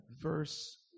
verse